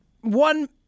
One